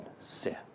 sin